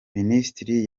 minisitiri